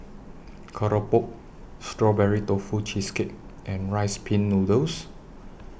Keropok Strawberry Tofu Cheesecake and Rice Pin Noodles